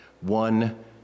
one